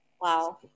wow